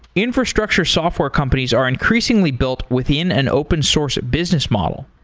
infrastructure software companies are increasingly built within an open source business model.